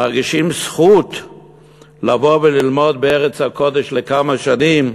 מרגישים זכות לבוא וללמוד בארץ הקודש כמה שנים,